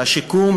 לשיקום,